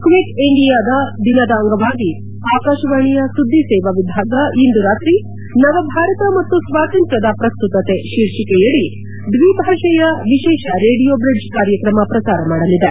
quit India ದಿನದ ಅಂಗವಾಗಿ ಅಕಾಶವಾಣಿಯ ಸುದ್ದಿ ಸೇವಾ ವಿಭಾಗ ಇಂದು ರಾತ್ರಿ ನವಭಾರತ ಮತ್ತು ಸ್ವಾತಂತ್ರ್ಯದ ಪ್ರಸ್ತುತತೆ ಶೀರ್ಷಿಕೆಯದಿ ದ್ವಿಭಾಷೆಯ ವಿಶೇಷ ರೇಡಿಯೋ ಬ್ರಿಡ್ಜ್ ಕಾರ್ಯಕ್ರಮ ಪ್ರಸಾರ ಮಾಡಲಿದೆ